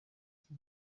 iki